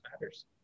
Matters